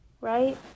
right